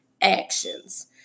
actions